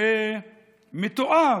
זה מתועב,